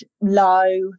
low